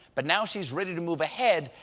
but now she's ready to move ahead,